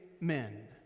men